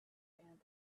and